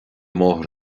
máthair